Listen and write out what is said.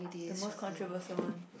the most controversial one